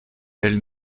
elle